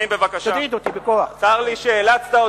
בפעם האחרונה והמוחלטת, אתה מוכן לרדת מהבמה?